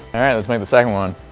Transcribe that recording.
alright let's make the second one!